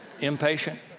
Impatient